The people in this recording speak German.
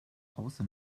außer